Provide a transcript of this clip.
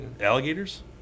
Alligators